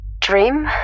Dream